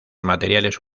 materiales